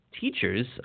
teachers